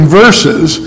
verses